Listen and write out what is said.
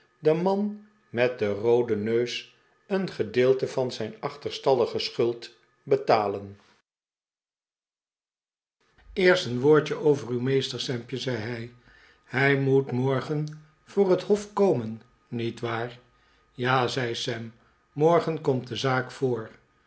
uw meester sampje zei hij hij moet morgen voor het hof komen niet waar ja zei sam morgen komt de